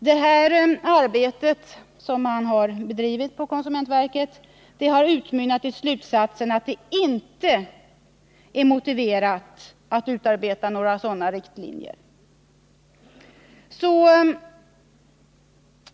Detta arbete inom konsumentverket har utmynnat i slutsatsen att det inte är motiverat att utarbeta sådana riktlinjer.